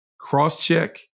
cross-check